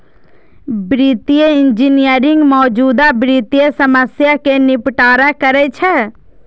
वित्तीय इंजीनियरिंग मौजूदा वित्तीय समस्या कें निपटारा करै छै